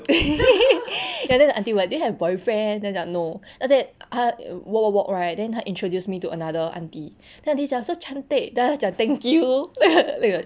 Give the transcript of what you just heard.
ya then the aunty like do you have boyfriend then 我讲 no then after that 她 walk walk walk right 她 introduce me to another aunty then aunty 讲 so cantik then 她讲 thank you